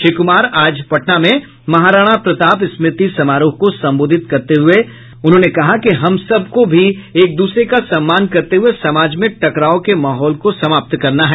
श्री कुमार ने आज पटना में महाराणा प्रताप स्मृति समारोह को संबोधित करते हुए कहा कि हम सब को भी एक दूसरे का सम्मान करते हुए समाज में टकराव के माहौल को समाप्त करना है